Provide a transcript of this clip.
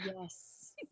Yes